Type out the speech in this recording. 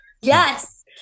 Yes